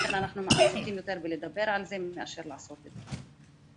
אנחנו עסוקים יותר בלדבר על זה מאשר לעשות את זה.